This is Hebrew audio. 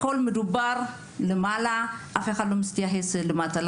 הכול מדובר למעלה ואף אחד לא מתייחס למטה.